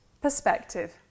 perspective